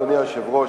אדוני היושב-ראש,